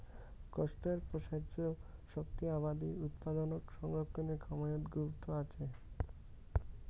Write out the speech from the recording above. কোষ্টার প্রসার্য শক্তি আবাদি উৎপাদনক সংরক্ষণের কামাইয়ত গুরুত্ব আচে